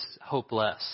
hopeless